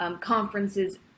conferences